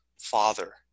father